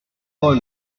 paul